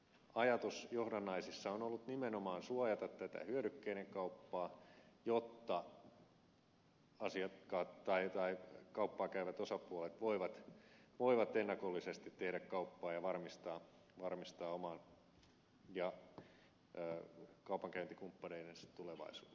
ajatus johdannaisissa on ollut nimenomaan suojata tätä hyödykkeiden kauppaa jotta asiakkaat tai kauppaa käyvät osapuolet voivat ennakollisesti tehdä kauppaa ja varmistaa oman ja kaupankäyntikumppaneidensa tulevaisuuden